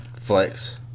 Flex